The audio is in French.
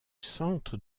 centre